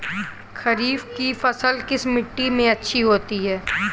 खरीफ की फसल किस मिट्टी में अच्छी होती है?